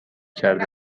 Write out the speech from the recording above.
کرده